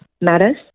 matters